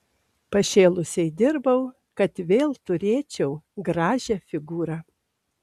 pašėlusiai dirbau kad vėl turėčiau gražią figūrą